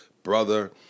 brother